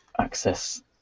access